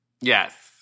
Yes